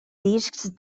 discs